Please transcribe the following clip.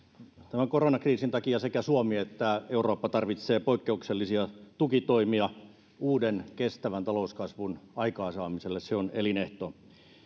tämän koronakriisin takia sekä suomi että eurooppa tarvitsevat poikkeuksellisia tukitoimia uuden kestävän talouskasvun aikaansaamiselle se on elinehto